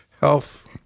health